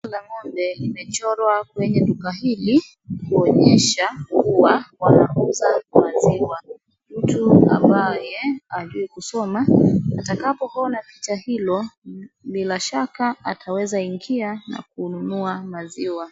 Picha la ng'ombe limechorwa kwenye duka hili kuonyesha kuwa wanauza bidhaa za maziwa . Mtu ambaye hajui kusoma atakapo ona picha hilo bila shaka ataweza ingia na kununua maziwa.